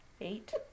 Eight